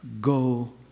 Go